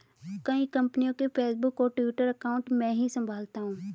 कई कंपनियों के फेसबुक और ट्विटर अकाउंट मैं ही संभालता हूं